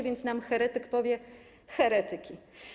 Więc nam heretyk powie: heretyki.